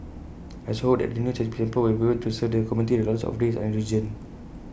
I also hope that the new Chinese temple will be able to serve the community regardless of race or religion